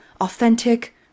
authentic